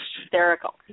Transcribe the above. hysterical